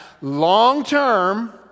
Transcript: long-term